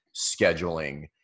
scheduling